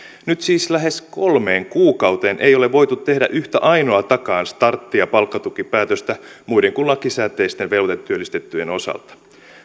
nyt siis lähes kolmeen kuukauteen ei ole voitu tehdä yhtä ainoatakaan startti ja palkkatukipäätöstä muiden kuin lakisääteisten velvoitetyöllistettyjen osalta